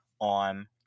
on